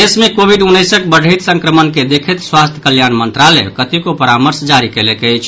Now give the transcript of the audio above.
देश मे कोविड उन्नैसक बढैत संक्रमण के देखैत स्वास्थ्य कल्याण मंत्रालय कतेको परामर्श जारी कयलक अछि